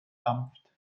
dampft